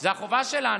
זו החובה שלנו.